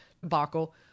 debacle